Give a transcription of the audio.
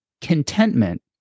contentment